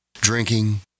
Drinking